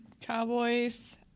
Cowboys